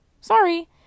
Sorry